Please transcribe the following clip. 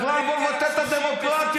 בכלל, בואו נבטל את הדמוקרטיה.